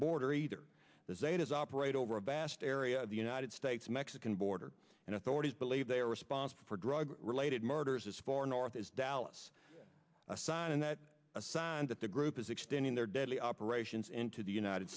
border either there's a it is operate over a vast area of the united states mexican border and authorities believe they are responsible for drug related murders as far north as dallas aside a sign that the group is extending their deadly operations into the united